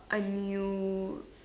I knew